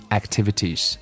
activities